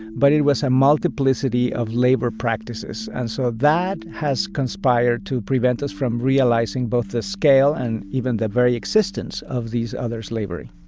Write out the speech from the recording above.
but it was a multiplicity of labor practices. and so that has conspired to prevent us from realizing both the scale and even the very existence of this other slavery